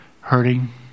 hurting